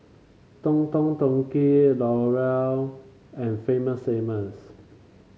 Don Don Donki L'Oreal and Famous Amos